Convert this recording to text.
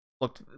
look